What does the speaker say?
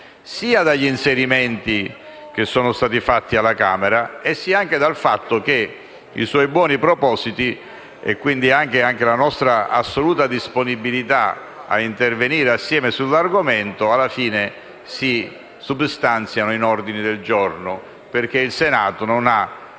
sia dagli inserimenti effettuati alla Camera, sia infine dal fatto che i suoi buoni propositi e la nostra assoluta disponibilità a intervenire assieme sull'argomento, alla fine, si substanziano in ordini del giorno, perché il Senato non ha